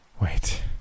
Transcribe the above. Wait